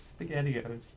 spaghettios